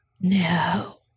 no